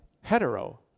hetero